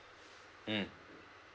mm